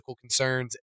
concerns